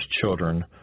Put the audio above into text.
children